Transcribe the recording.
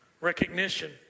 recognition